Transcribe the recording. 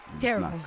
Terrible